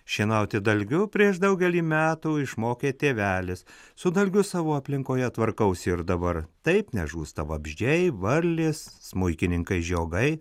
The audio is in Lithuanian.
šienauti dalgiu prieš daugelį metų išmokė tėvelis su dalgiu savo aplinkoje tvarkausi ir dabar taip nežūsta vabzdžiai varlės smuikininkai žiogai